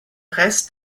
rest